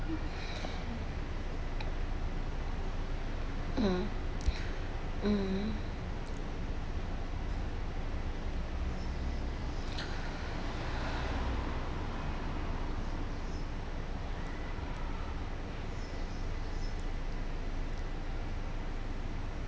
um mm